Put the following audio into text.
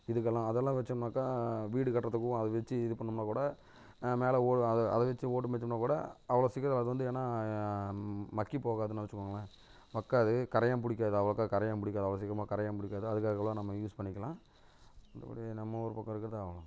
இதற்கெல்லாம் அதெல்லாம் வச்சோம்னாக்கா வீடு கட்டுறதுக்கும் அதை வச்சு இது பண்ணோம்னா கூட மேலே ஓ அதை அதை வச்சு ஓடு மேய்சோம்னா கூட அவ்வளோ சீக்கிரம் அது வந்து ஏன்னா மக்கி போகாதுன்னு வச்சுக்கோங்களேன் மக்காது கரையான் பிடிக்காது அவ்வளோக்கா கரையான் பிடிக்காது அவ்வளோ சீக்கிரமாக கரையான் பிடிக்காது அதற்காகதான் நம்ம யூஸ் பண்ணிக்கலாம் மற்றபடி நம்ம ஊர் பக்கம் இருக்கிறது அவ்ளோ தான்